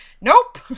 Nope